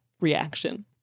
reaction